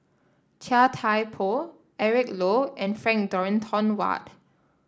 Chia Thye Poh Eric Low and Frank Dorrington Ward